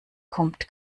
kommt